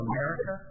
America